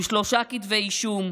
עם שלושה כתבי אישום,